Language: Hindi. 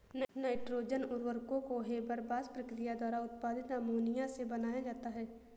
नाइट्रोजन उर्वरकों को हेबरबॉश प्रक्रिया द्वारा उत्पादित अमोनिया से बनाया जाता है